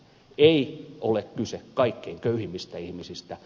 ei ole kyse kaikkein köyhimmistä ihmisistä